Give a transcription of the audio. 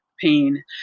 pain